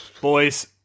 Boys